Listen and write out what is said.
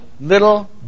little